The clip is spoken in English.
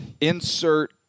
insert